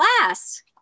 last